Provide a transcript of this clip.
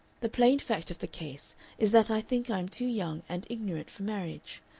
the plain fact of the case is that i think i am too young and ignorant for marriage.